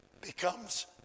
becomes